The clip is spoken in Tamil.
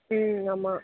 ம் ஆமாம்